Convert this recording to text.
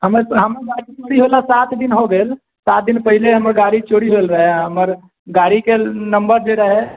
हमर तऽ बाइक चोरी होला सात दिन हो गेल सात दिन पहिले हमर गाड़ी चोरी भेल रहै हमर गाड़ीके नम्बर जे रहै